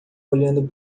olhando